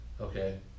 Okay